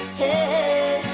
hey